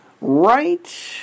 Right